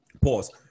pause